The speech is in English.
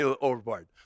overboard